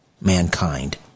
mankind